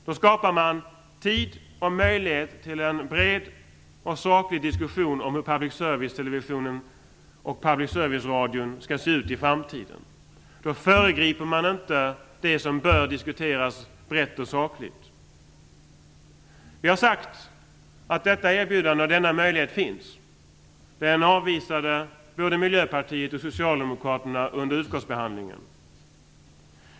Därigenom skapas tid och möjlighet till en bred och saklig diskussion om hur public service-televisionen och public service-radion skall utformas i framtiden. Då föregriper man inte det som bör diskuteras brett och sakligt. Vi har sagt att detta erbjudande och denna möjlighet finns. Detta avvisade både Miljöpartiet och Socialdemokraterna under utskottsbehandlingen.